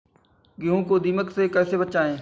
गेहूँ को दीमक से कैसे बचाएँ?